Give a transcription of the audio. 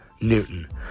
Newton